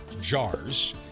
jars